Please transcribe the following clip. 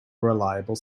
reliable